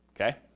okay